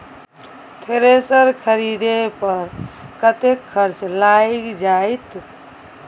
Thresher खरीदे पर कतेक खर्च लाईग जाईत?